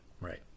Right